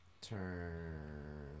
Turn